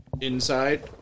inside